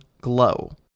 Glow